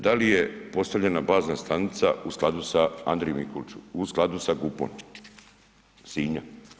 Da li je postavljana bazna stanica u skladu sa, Andriji Mikuliću, u skladu sa GUP-om Sinja.